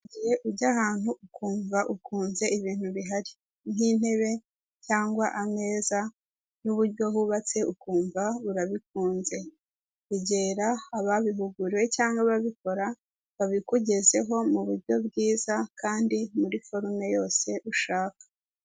Hari igihe ujya ahantu ukumva ukunze ibintu bihari n'intebe cyangwa ameza n'uburyo hubatse ukumva urabikunze, egera ababihuguriwe cyangwa ababikora babikugezeho mu buryo bwiza kandi muri forume yose ushaka.